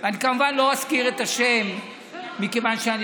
ואני כמובן לא אזכיר את השם מכיוון שאני